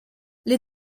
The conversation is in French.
les